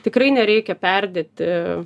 tikrai nereikia perdėti